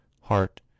heart